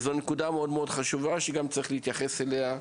זו נקודה חשובה שצריך להתמקד בה.